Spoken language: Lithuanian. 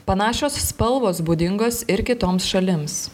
panašios spalvos būdingos ir kitoms šalims